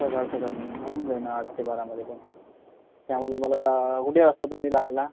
सकाळचा टाइमिंग मग होऊन जाईल आठ ते बारामध्ये पण त्यामध्ये तुम्हाला कुठे असता तुम्ही रहायला